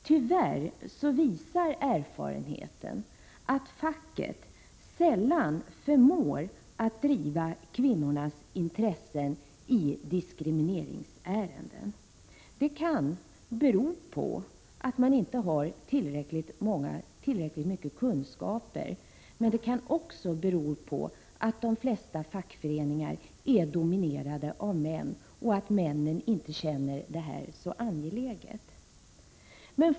Tyvärr visar erfarenheten att facket sällan förmår driva kvinnornas intressen i diskrimineringsärenden. Det kan bero på att man inte har tillräckliga kunskaper, men det kan också bero på att de flesta fackföreningar är dominerade av män och att männen inte känner att detta är så angeläget.